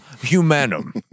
Humanum